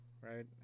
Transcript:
right